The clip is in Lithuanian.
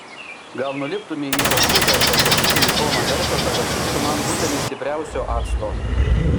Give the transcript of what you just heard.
gal nuliptumei į kambuzą ir paprašytumei pono merfio kad atsiųstų man butelį stipriausio acto